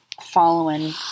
following